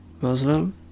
Muslim